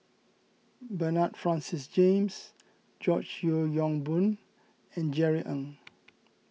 Bernard Francis James George Yeo Yong Boon and Jerry Ng